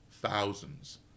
thousands